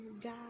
God